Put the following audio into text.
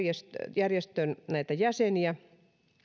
järjestön jäseniä